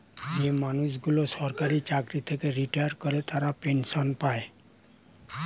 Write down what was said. যে মানুষগুলো সরকারি চাকরি থেকে রিটায়ার করে তারা পেনসন পায়